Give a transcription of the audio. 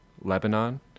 Lebanon